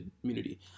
community